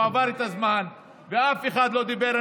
הוא עבר את הזמן ואף אחד לא דיבר.